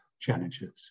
challenges